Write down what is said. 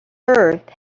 earth